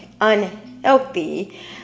unhealthy